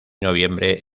noviembre